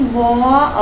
more